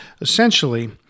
essentially